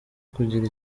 kugira